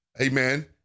amen